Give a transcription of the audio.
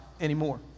anymore